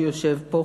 שיושב פה,